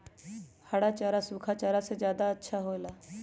हरा चारा सूखा चारा से का ज्यादा अच्छा हो ला?